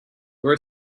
were